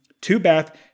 two-bath